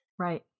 right